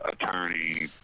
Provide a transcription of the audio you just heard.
attorney